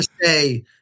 say